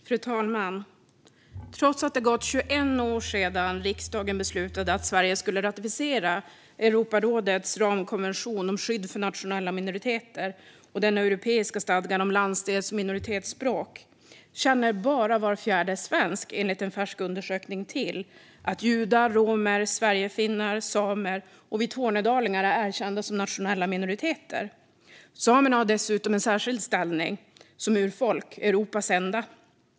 Fru talman! Trots att det har gått 21 år sedan riksdagen beslutade att Sverige skulle ratificera Europarådets ramkonvention om skydd för nationella minoriteter och den europeiska stadgan om landsdels och minoritetsspråk känner, enligt en färsk undersökning, bara var fjärde svensk till att judar, romer, sverigefinnar, samer och vi tornedalingar är erkända som nationella minoriteter. Samerna har dessutom en särskild ställning som urfolk, Europas enda.